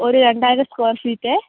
ഒരു രണ്ടായിരം സ്ക്വയർ ഫീറ്റേ